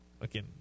again